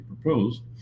proposed